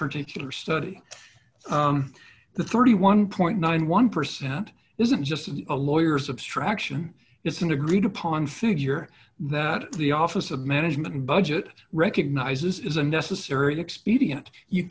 particular study the thirty one point nine one percent isn't just a lawyers abstraction it's an agreed upon figure that the office of management and budget recognises is a necessary expedient you